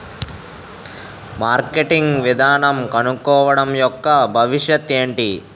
Marketing విధానం కనుక్కోవడం యెక్క భవిష్యత్ ఏంటి?